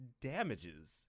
damages